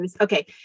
Okay